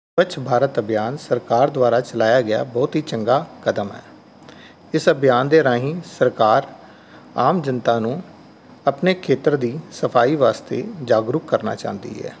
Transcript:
ਸਵੱਛ ਭਾਰਤ ਅਭਿਆਨ ਸਰਕਾਰ ਦੁਆਰਾ ਚਲਾਇਆ ਗਿਆ ਬਹੁਤ ਹੀ ਚੰਗਾ ਕਦਮ ਹੈ ਇਸ ਅਭਿਆਨ ਦੇ ਰਾਹੀਂ ਸਰਕਾਰ ਆਮ ਜਨਤਾ ਨੂੰ ਆਪਣੇ ਖੇਤਰ ਦੀ ਸਫ਼ਾਈ ਵਾਸਤੇ ਜਾਗਰੂਕ ਕਰਨਾ ਚਾਹੁੰਦੀ ਹੈ